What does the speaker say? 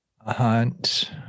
Hunt